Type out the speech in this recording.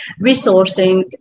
resourcing